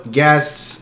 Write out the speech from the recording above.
guests